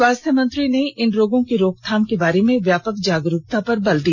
स्वास्थ्य मंत्री ने इन रोगों की रोकथाम के बारे में व्यापक जागरूकता पर बल दिया